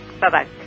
Bye-bye